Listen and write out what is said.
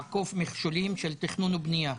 לעקוף מכשולים של תכנון ובנייה.